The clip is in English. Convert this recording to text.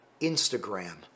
Instagram